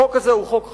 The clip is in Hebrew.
החוק הזה הוא חוק חשוב,